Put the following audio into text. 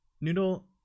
Noodle